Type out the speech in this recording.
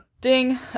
ding